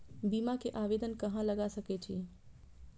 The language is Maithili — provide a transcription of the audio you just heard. बीमा के आवेदन कहाँ लगा सके छी?